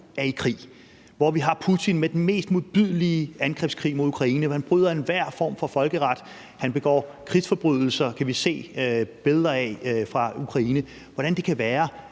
er i krig, hvor vi har Putin, der har foretaget den mest modbydelige angrebskrig mod Ukraine, hvor man bryder enhver form for folkeret, hvor han begår krigsforbrydelser, som vi kan se billeder af fra Ukraine, ikke tænker,